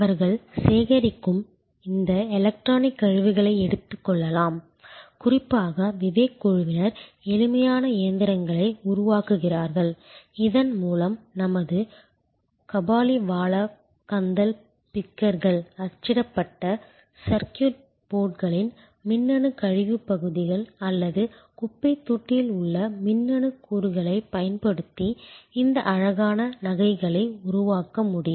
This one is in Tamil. அவர்கள் சேகரிக்கும் இந்த எலக்ட்ரானிக் கழிவுகளை எடுத்துக் கொள்ளலாம் குறிப்பாக விவேக் குழுவினர் எளிமையான இயந்திரங்களை உருவாக்குகிறார்கள் இதன் மூலம் நமது கபாலிவாலாக் கந்தல் பிக்கர்கள் அச்சிடப்பட்ட சர்க்யூட் போர்டுகளின் மின்னணு கழிவுப் பகுதிகள் அல்லது குப்பைத் தொட்டியில் உள்ள மின்னணு கூறுகளைப் பயன்படுத்தி இந்த அழகான நகைகளை உருவாக்க முடியும்